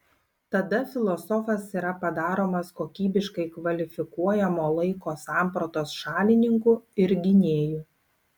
tada filosofas yra padaromas kokybiškai kvalifikuojamo laiko sampratos šalininku ir gynėju